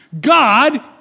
God